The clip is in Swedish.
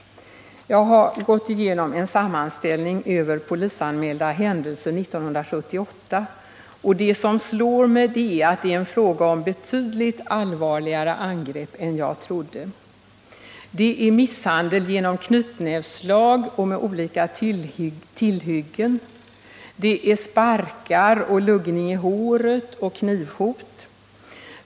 Jag har gått igenom en sammanställning över polisanmälda händelser 1978, och det som slår mig är att det är fråga om betydligt allvarligare angrepp än jag trodde. Det är misshandel genom knytnävsslag och med olika tillhyggen. Det är sparkar och luggning i håret och knivhot.